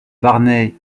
barney